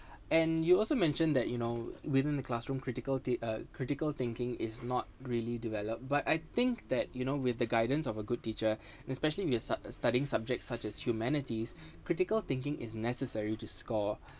and you also mentioned that you know within the classroom critical thi~ uh critical thinking is not really developed but I think that you know with the guidance of a good teacher especially if you start studying subjects such as humanities critical thinking is necessary to score